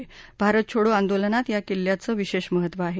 भारत छोडो आंदोलनात या किल्ल्याचं विशेष महत्त्व आहे